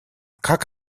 как